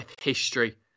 history